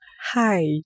Hi